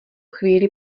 chvíli